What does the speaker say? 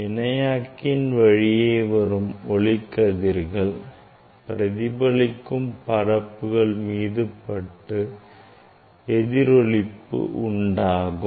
இணையாக்கியின் வழியே வரும் ஒளிக்கதிர்கள் பிரதிபலிக்கும் பரப்புகளின் மீது பட்டு எதிரொளிப்பு உண்டாகும்